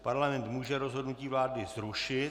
Parlament může rozhodnutí vlády zrušit.